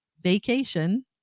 vacation